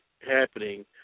happening